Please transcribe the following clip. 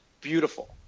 beautiful